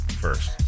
first